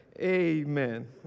Amen